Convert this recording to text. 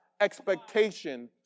expectation